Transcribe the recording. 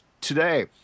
today